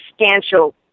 substantial